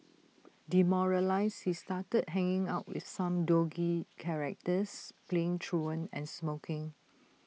demoralised he started hanging out with some dodgy characters playing truant and smoking